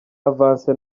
avance